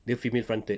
dia female fronted